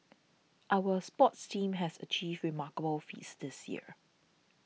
our sports teams has achieved remarkable feats this year